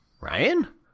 Ryan